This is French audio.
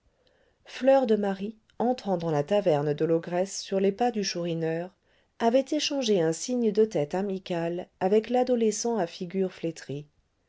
fleur de marie entrant dans la taverne de l'ogresse sur les pas du chourineur avait échangé un signe de tête amical avec l'adolescent à figure flétrie